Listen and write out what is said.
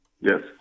Yes